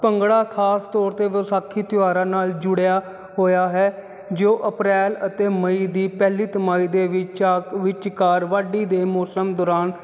ਭੰਗੜਾ ਖਾਸ ਤੌਰ 'ਤੇ ਵਿਸਾਖੀ ਤਿਉਹਾਰਾਂ ਨਾਲ ਜੁੜਿਆ ਹੋਇਆ ਹੈ ਜੋ ਅਪ੍ਰੈਲ ਅਤੇ ਮਈ ਦੀ ਪਹਿਲੀ ਤਿਮਾਹੀ ਦੇ ਵਿੱਚ ਆ ਵਿਚਕਾਰ ਵਾਢੀ ਦੇ ਮੌਸਮ ਦੌਰਾਨ